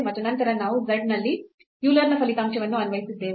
ಮತ್ತು ನಂತರ ನಾವು z ನಲ್ಲಿ ಯೂಲರ್ನ ಫಲಿತಾಂಶವನ್ನು Euler's result ಅನ್ವಯಿಸಿದ್ದೇವೆ